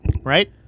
right